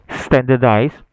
standardized